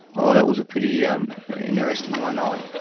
oh, that was a pretty yeah um interesting one. i